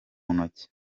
ntoki